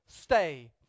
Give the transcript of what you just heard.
stay